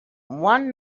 one